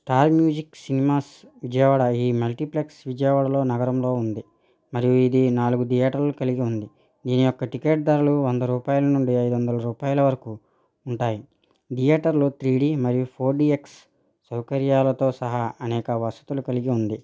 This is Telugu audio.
స్టార్ మ్యూజిక్ సినిమాస్ విజయవాడ ఈ మల్టీప్లెక్స్ విజయవాడ నగరంలో ఉంది మరియు ఇది నాలుగు థియేటర్లు కలిగి ఉంది దీని యొక్క టికెట్ ధరలు వంద రూపాయల నుండి ఐదు వందల రూపాయల వరకు ఉంటాయి థియేటర్లు త్రీ డి మరియు ఫోర్ డిఎక్స్ సౌకర్యాలతో సహా అనేక వసతులు కలిగి ఉంది